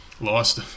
lost